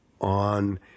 on